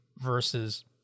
versus